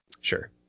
Sure